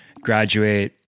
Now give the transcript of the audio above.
graduate